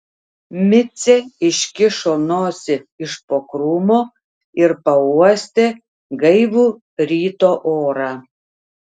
micė iškišo nosį iš po krūmo ir pauostė gaivų ryto orą